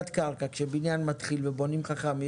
כאשר מתחילים לבנות בניין ובונים באופן חכם.